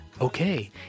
Okay